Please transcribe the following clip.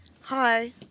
hi